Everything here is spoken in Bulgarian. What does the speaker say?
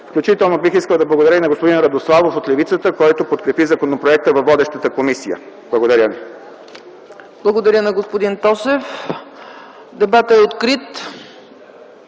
включително бих искал да благодаря и на господин Радославов от левицата, който подкрепи законопроекта във водещата комисия. Благодаря. ПРЕДСЕДАТЕЛ ЦЕЦКА ЦАЧЕВА: Благодаря на господин Тошев. Дебатът е открит.